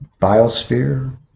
biosphere